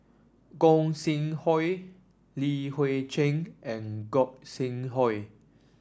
Gog Sing Hooi Li Hui Cheng and Gog Sing Hooi